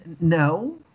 No